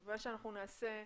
מה שנעשה,